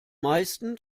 meisten